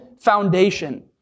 foundation